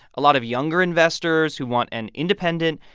a lot of younger investors who want an independent,